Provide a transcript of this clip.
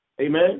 amen